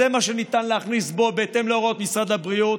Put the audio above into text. זה מה שניתן להכניס בהתאם להוראות משרד הבריאות,